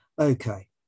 Okay